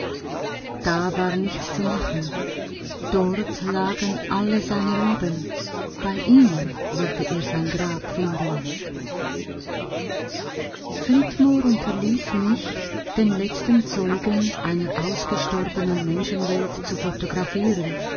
da war nichts zu machen dort lagen alle seine lieben bei ihnen wollte er sein grab finden flitmore unterließ nicht den letzten zeugen einer ausgestorbenen menschenwelt zu